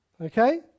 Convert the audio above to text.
Okay